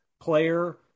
player